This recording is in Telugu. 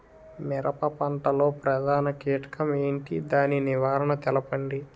మిరప పంట లో ప్రధాన కీటకం ఏంటి? దాని నివారణ తెలపండి?